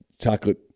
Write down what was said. chocolate